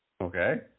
Okay